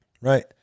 right